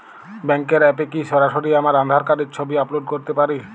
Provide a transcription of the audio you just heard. ব্যাংকের অ্যাপ এ কি সরাসরি আমার আঁধার কার্ডের ছবি আপলোড করতে পারি?